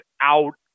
out